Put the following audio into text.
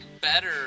better